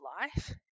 life